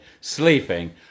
sleeping